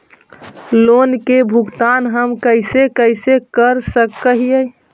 Loan के भुगतान हम कैसे कैसे कर सक हिय?